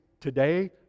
Today